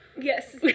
Yes